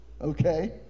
okay